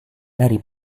dari